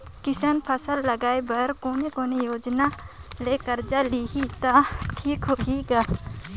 किसान फसल लगाय बर कोने कोने योजना ले कर्जा लिही त ठीक होही ग?